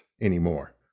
anymore